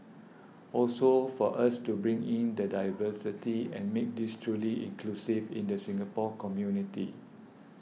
also for us to bring in the diversity and make this truly inclusive in the Singapore community